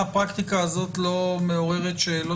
הפרקטיקה הזאת לא מעוררת שאלות?